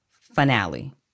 finale